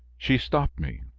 she stopped me.